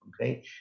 okay